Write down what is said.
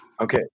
Okay